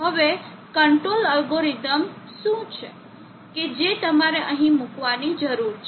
હવે control algorithm શું છે કે જે તમારે અહીં મૂકવાની જરૂર છે